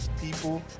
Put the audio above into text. people